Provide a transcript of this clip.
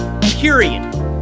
period